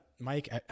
Mike